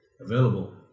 available